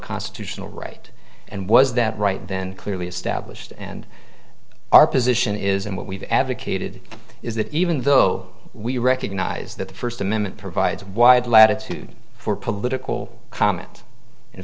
constitutional right and was that right then clearly established and our position is and what we've advocated is that even though we recognize that the first amendment provides wide latitude for political comment in